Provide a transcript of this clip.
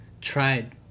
tried